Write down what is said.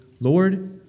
Lord